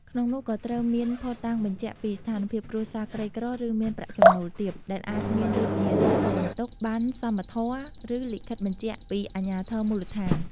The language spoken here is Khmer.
ក្នុងនោះក៍ត្រូវមាន ភស្តុតាងបញ្ជាក់ពីស្ថានភាពគ្រួសារក្រីក្រ ឬ មានប្រាក់ចំណូលទាប ដែលអាចមានដូចជា សៀវភៅបន្ទុក ប័ណ្ណសមធម៌ ឬ លិខិតបញ្ជាក់ពីអាជ្ញាធរមូលដ្ឋាន។